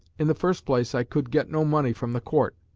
in the first place i could get no money from the court,